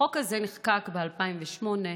החוק הזה נחקק ב-2008.